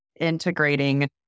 integrating